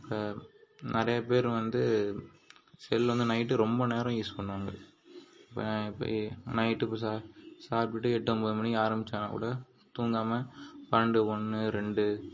இப்போ நிறையா பேர் வந்து செல்லு வந்து நைட் ரொம்ப நேரம் யூஸ் பண்ணுவாங்க இப்போ நைட்டு சாப்பிட்டுட்டு எட்டு ஒம்பது மணிக்கு ஆரம்பித்தா கூட தூங்காமல் பன்னெண்டு ஒன்று ரெண்டு